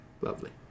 lovely